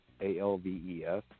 A-L-V-E-S